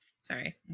Sorry